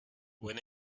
when